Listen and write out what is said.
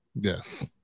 Yes